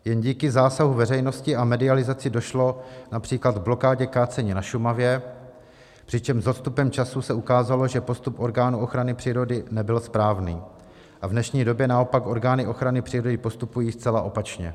Jen díky zásahu veřejnosti a medializaci došlo například k blokádě kácení na Šumavě, přičemž s odstupem času se ukázalo, že postup orgánů ochrany přírody nebyl správný, a v dnešní době naopak orgány ochrany přírody postupují zcela opačně.